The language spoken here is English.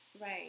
Right